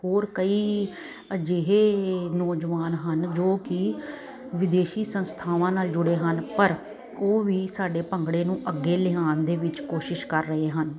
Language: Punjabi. ਹੋਰ ਕਈ ਅਜਿਹੇ ਨੌਜਵਾਨ ਹਨ ਜੋ ਕਿ ਵਿਦੇਸ਼ੀ ਸੰਸਥਾਵਾਂ ਨਾਲ ਜੁੜੇ ਹਨ ਪਰ ਉਹ ਵੀ ਸਾਡੇ ਭੰਗੜੇ ਨੂੰ ਅੱਗੇ ਲਿਆਣ ਦੇ ਵਿੱਚ ਕੋਸ਼ਿਸ਼ ਕਰ ਰਹੇ ਹਨ